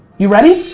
you ready?